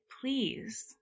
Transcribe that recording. please